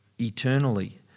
eternally